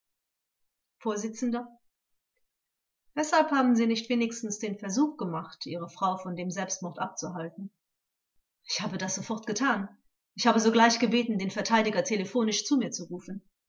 vors weshalb haben sie nicht wenigstens den versuch gemacht ihre frau von dem selbstmord abzuhalten angekl ich habe das sofort getan ich habe sogleich gebeten den verteidiger telephonisch zu mir zu rufen